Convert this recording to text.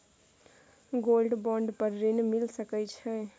Gold bond पर ऋण मिल सके छै?